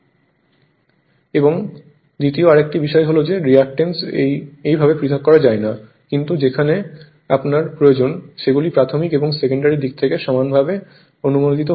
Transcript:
এটি এবং দ্বিতীয় আরেকটি বিষয় হল যে রিয়াকট্যান্স এইভাবে পৃথক করা যায় না কিন্তু যেখানে আপনার প্রয়োজন সেগুলি প্রাথমিক এবং সেকেন্ডারি দিক থেকে সমানভাবে অনুমোদিত হতে পারে